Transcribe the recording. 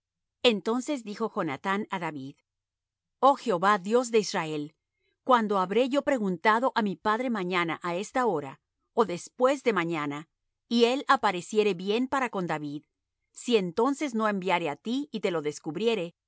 entonces dijo jonathán á david oh jehová dios de israel cuando habré yo preguntado á mi padre mañana á esta hora ó después de mañana y él apareciere bien para con david si entonces no enviare á ti y te lo descubriere